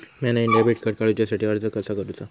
म्या नईन debit card काडुच्या साठी अर्ज कसा करूचा?